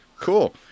Cool